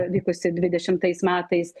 vykusį dvidešimtais metais